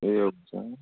એવું છે એમ